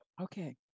Okay